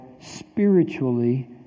spiritually